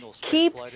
keep